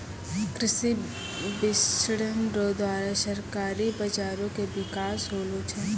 कृषि विपणन रो द्वारा सहकारी बाजारो के बिकास होलो छै